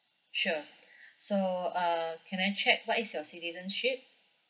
sure so uh can I check what is your citizenship